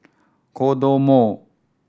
Kodomo